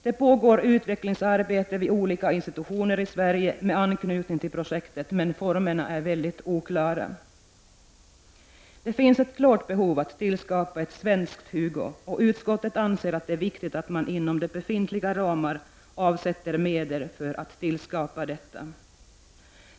Det pågår utvecklingsarbete vid olika institutioner i Sverige med anknytning till projektet, men formerna är oklara. Det finns ett klart behov av att tillskapa ett svenskt HUGO, och utskottet anser att det är viktigt att man inom befintliga ramar avsätter medel för att tillskapa detta.